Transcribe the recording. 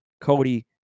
Cody